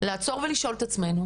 לעצור ולשאול את עצמנו,